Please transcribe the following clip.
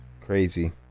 crazy